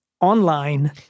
online